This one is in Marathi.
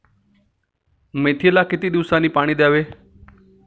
मेथीला किती दिवसांनी पाणी द्यावे?